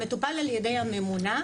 מטופל על ידי הממונה,